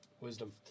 Wisdom